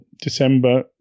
December